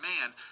man